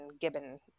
gibbon